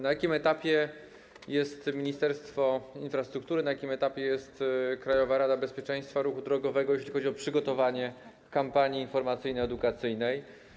Na jakim etapie jest Ministerstwo Infrastruktury, na jakim etapie jest Krajowa Rada Bezpieczeństwa Ruchu Drogowego, jeśli chodzi o przygotowanie kampanii informacyjno-edukacyjnej?